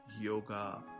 yoga